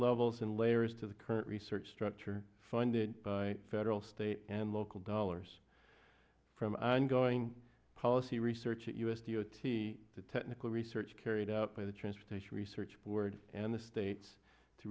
levels and layers to the current research structure funded by federal state and local dollars from ongoing policy research at u s d o t the technical research carried out by the transportation research board and the states to